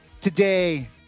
Today